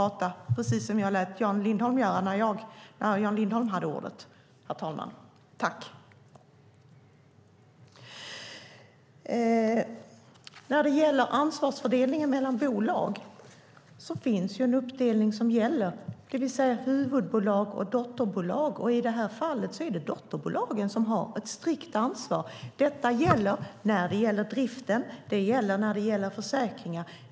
När det gäller ansvarsfördelningen mellan bolag finns en uppdelning i huvudbolag och dotterbolag. I det här fallet är det dotterbolagen som har ett strikt ansvar när det gäller driften och när det gäller försäkringar.